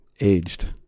Aged